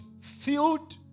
filled